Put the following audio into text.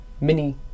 mini